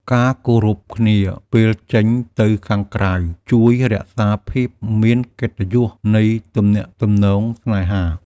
ការគោរពគ្នាពេលចេញទៅខាងក្រៅ ជួយរក្សាភាពមានកិត្តិយសនៃទំនាក់ទំនងស្នេហា។